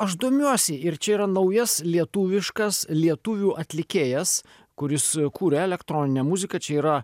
aš domiuosi ir čia yra naujas lietuviškas lietuvių atlikėjas kuris kuria elektroninę muziką čia yra